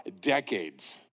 decades